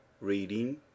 Reading